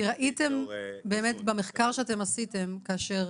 כי ראיתם במחקר שאתם עשיתם, כאשר